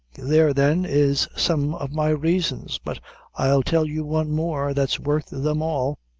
there, then, is some of my raisons but i'll tell you one more, that's worth them all.